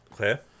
Okay